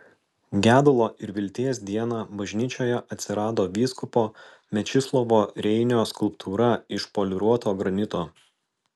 gedulo ir vilties dieną bažnyčioje atsirado vyskupo mečislovo reinio skulptūra iš poliruoto granito